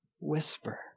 whisper